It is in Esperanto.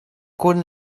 kun